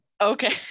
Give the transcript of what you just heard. okay